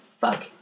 Fuck